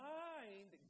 mind